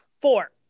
four